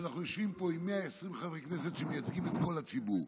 שאנחנו יושבים פה עם 120 חברי כנסת שמייצגים את כל הציבור,